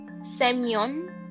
Semyon